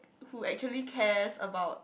who actually cares about